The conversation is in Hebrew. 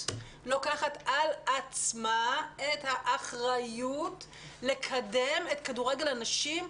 לוקחת על עצמה את האחריות לקדם את כדורגל הנשים ב-2021,